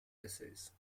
essays